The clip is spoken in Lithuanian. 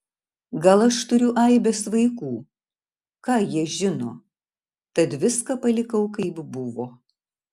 gal aš turiu aibes vaikų ką jie žino tad viską palikau kaip buvo